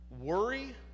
Worry